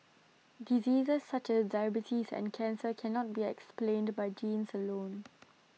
diseases such as diabetes and cancer cannot be explained by genes alone